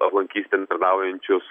aplankys ten tarnaujančius